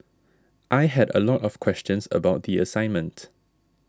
I had a lot of questions about the assignment